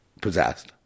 possessed